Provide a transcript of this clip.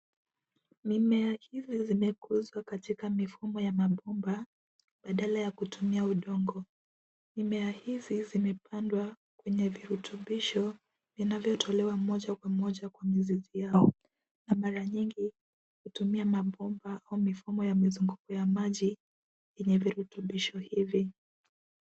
Mimea hizi zimekuzwa katika mifumo ya mabomba baadala ya kutumia udongo. Mimea hizi zimepandwa kwenye virutubisho vinavyotolewa moja kwa moja kwa mizizi yao na mara nyingi hutumia mabomba au mifumo ya mzunguko ya maji ina virutubisho hivi.